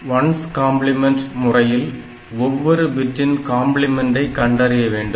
1's complement 1s complement முறையில் ஒவ்வொரு பிட்டின் காம்ப்ளிமென்டை கண்டறிய வேண்டும்